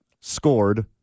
Scored